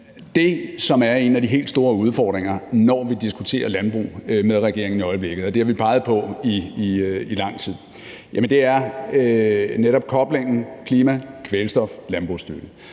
Det, der er en af de helt store udfordringer, når vi i øjeblikket diskuterer landbruget med regeringen, og det har vi peget på i lang tid, er netop koblingen af klima, kvælstof og landbrugsstøtte.